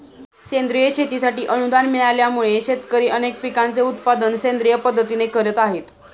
सेंद्रिय शेतीसाठी अनुदान मिळाल्यामुळे, शेतकरी अनेक पिकांचे उत्पादन सेंद्रिय पद्धतीने करत आहेत